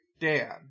Dan